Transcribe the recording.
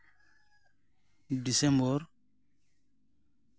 December